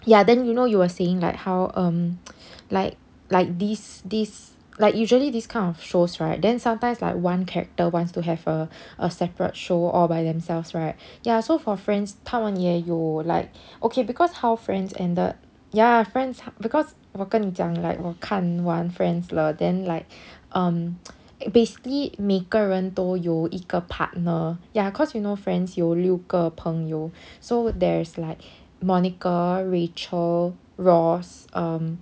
ya then you know you were saying like how um like like this this like usually these kind of shows right then sometimes like one character wants to have a a separate show all by themselves right ya so for friends 他们也有 like okay because how friends ended ya friends because 我跟你讲 like 我看完 friends 了 then like um basically 每个人都有一个 partner ya cause you know friends 有六个朋友 so there's like monica rachel ross um